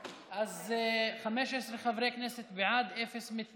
15 חברי כנסת בעד, אין מתנגדים,